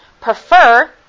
prefer